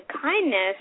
kindness